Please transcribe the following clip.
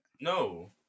No